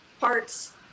parts